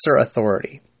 authority